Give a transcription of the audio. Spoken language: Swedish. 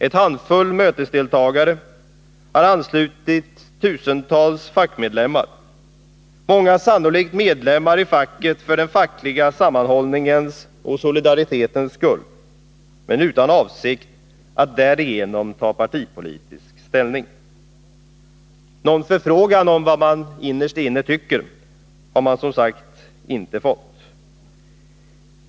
En handfull mötesdeltagare har anslutit tusentals fackmedlemmar, många som sannolikt blivit medlemmar i facket för den fackliga sammanhållningens och solidaritetens skull, men som inte haft för avsikt att därigenom ta partipolitisk ställning. Någon förfrågan om vad de innerst inne tycker har de som sagt var inte fått.